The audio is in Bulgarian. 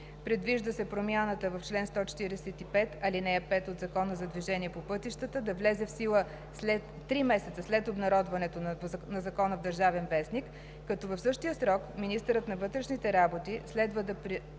Предвижда се промяната в чл. 145, ал. 5 от Закона за движение по пътищата да влезе в сила след три месеца след обнародването на закона в „Държавен вестник“, като в същия срок министърът на вътрешните работи следва да приведе